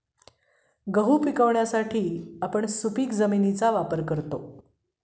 गहू पिकवण्यासाठी आपण सुपीक शेतीचा वापर करतो